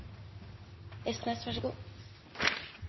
– vær så god.